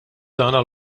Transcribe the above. tagħna